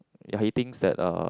ya he thinks that uh